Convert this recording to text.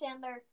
Sandler